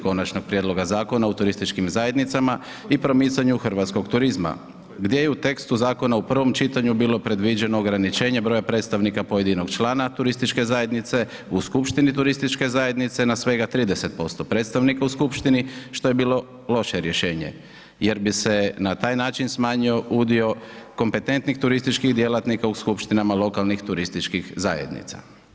Konačnog prijedloga Zakona o turističkim zajednicama i promicanju hrvatskog turizma gdje je u tekstu zakona u prvom čitanju bilo predviđeno ograničenje broja predstavnika pojedinog člana turističke zajednice u skupštini turističke zajednice na svega 30% predstavnika u skupštini što je bilo loše rješenje jer bi se na taj način smanjio udio kompetentnih turističkih djelatnika u skupštinama lokalnih turističkih zajednica.